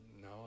No